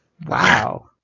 Wow